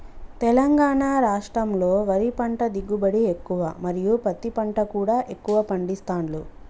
తెలంగాణ రాష్టంలో వరి పంట దిగుబడి ఎక్కువ మరియు పత్తి పంట కూడా ఎక్కువ పండిస్తాండ్లు